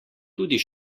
tudi